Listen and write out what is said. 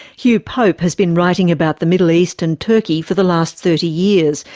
hugh pope has been writing about the middle east and turkey for the last thirty years,